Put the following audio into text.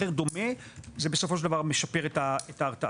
דומה זה בסופו של דבר משפר את ההרתעה.